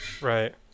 Right